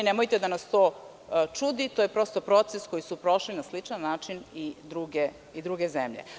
Nemojte da nas to čudi, to je prosto proces koji su prošli na sličan način i druge zemlje.